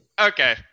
okay